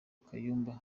kayumba